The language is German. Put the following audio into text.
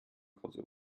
kosovo